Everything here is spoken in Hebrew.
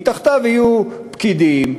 מתחתיו יהיו פקידים,